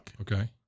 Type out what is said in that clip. Okay